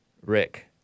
Rick